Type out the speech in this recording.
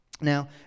Now